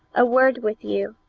a word with you,